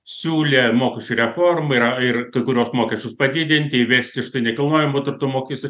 siūlė mokesčių reformą yra ir kai kuriuos mokesčius padidinti įvesti štai nekilnojamo turto mokestį